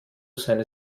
seine